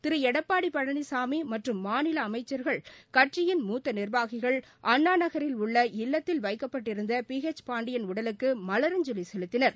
திரு எடப்பாடி பழனிசாமி மாநில அமைச்சர்கள் மற்றும் கட்சியின் மூத்த நிர்வாகிகள் அண்ணா நகரில் உள்ள இல்லத்தில் வைக்கப்பட்டிருந்த பி ஹெச் பாண்டியன் உடலுக்கு மவரஞ்சலி செலுத்தினர்